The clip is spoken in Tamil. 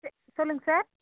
செ சொல்லுங்க சார்